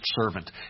servant